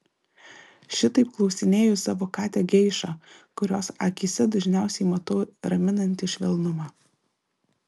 šitaip klausinėju savo katę geišą kurios akyse dažniausiai matau raminantį švelnumą